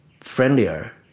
friendlier